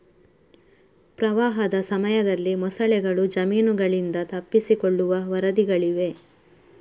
ಪ್ರವಾಹದ ಸಮಯದಲ್ಲಿ ಮೊಸಳೆಗಳು ಜಮೀನುಗಳಿಂದ ತಪ್ಪಿಸಿಕೊಳ್ಳುವ ವರದಿಗಳಿವೆ